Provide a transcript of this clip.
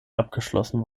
abgeschlossen